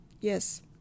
Yes